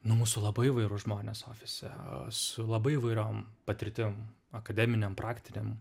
nu mūsų labai įvairūs žmonės ofise su labai įvairiom patirtim akademinėm praktinėm